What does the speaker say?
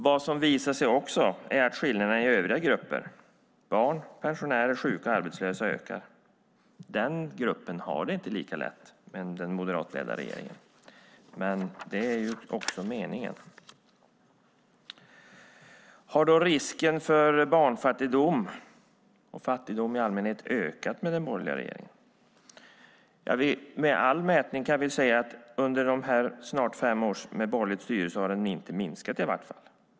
Vad som också visar sig är att skillnaderna i övriga grupper - barn, pensionärer, sjuka och arbetslösa - ökar. Den gruppen har det inte lika lätt med den moderatledda regeringen, men det är ju också meningen. Har då risken för barnfattigdom och fattigdom i allmänhet ökat med den borgerliga regeringen? Ja, all mätning visar att under de snart fem åren med borgerligt styre har den i vart fall inte minskat.